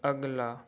अगला